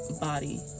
body